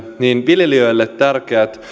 viljelijöille tärkeät